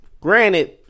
granted